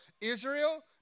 Israel